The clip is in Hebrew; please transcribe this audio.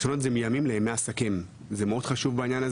כלומר מימים לימי עסקים, וזה עניין מאוד חשוב.